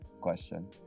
question